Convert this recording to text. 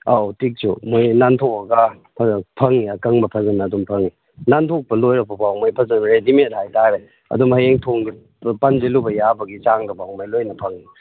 ꯑꯧ ꯇꯤꯛꯁꯨ ꯃꯣꯏ ꯅꯥꯟꯊꯣꯛꯂꯒ ꯐꯖꯅ ꯐꯪꯉꯤ ꯑꯀꯪꯕ ꯐꯖꯅ ꯑꯗꯨꯝ ꯐꯪꯉꯤ ꯅꯥꯟꯊꯣꯛꯄ ꯂꯣꯏꯔꯛꯄ ꯐꯥꯎ ꯃꯊꯛꯇꯨꯈꯩ ꯔꯦꯗꯤꯃꯦꯗ ꯍꯥꯏꯇꯥꯔꯦ ꯑꯗꯨꯝ ꯍꯌꯦꯡ ꯊꯣꯡꯗꯣ ꯄꯨꯜꯂꯞ ꯄꯥꯟꯁꯤꯜꯂꯨꯕ ꯌꯥꯕꯒꯤ ꯆꯥꯡꯗ ꯐꯥꯎꯕ ꯂꯣꯏꯅ ꯐꯪꯉꯤ